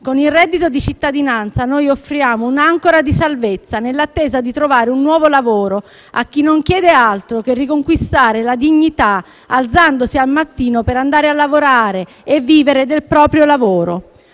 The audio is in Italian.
Con il reddito di cittadinanza offriamo un'ancora di salvezza, nell'attesa di trovare un nuovo lavoro, a chi non chiede altro che riconquistare la dignità alzandosi al mattino per andare a lavorare e vivere del proprio lavoro.